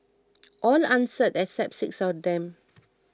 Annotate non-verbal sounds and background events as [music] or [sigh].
[noise] all answered except six of them